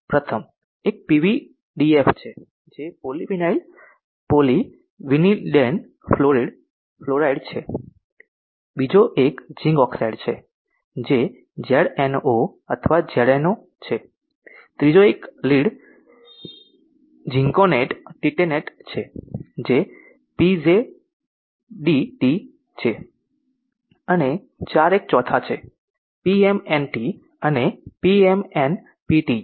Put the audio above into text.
પ્રથમ એક પીવીડીએફ છે જે પોલિવિનાઇલ પોલીવિનીલ્ડેન ફ્લોરિડ ફ્લોરાઇડ છે બીજો એક ઝીંક ઓક્સાઇડ છે જે ઝેનઓ અથવા ઝેનઓ છે ત્રીજો એક લીડ ઝિર્કોનેટ ટિટેનેટ છે જે પીઝેડટી છે અને 4 એક ચોથા છે પીએમએનટી અને પીએમએનપીટી છે